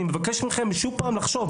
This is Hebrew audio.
אני מבקש מכם שוב לחשוב.